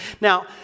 Now